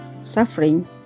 suffering